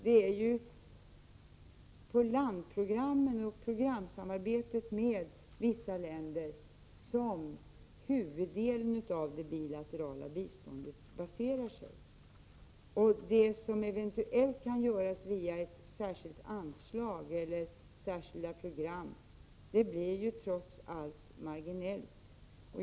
Det är ju på landprogrammen och programsamarbetet med vissa länder som huvuddelen av det bilaterala biståndet baserar sig. Det som eventuellt kan ges via ett särskilt anslag eller särskilda program blir trots allt marginellt.